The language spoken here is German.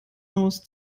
aus